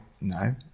No